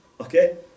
Okay